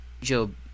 Job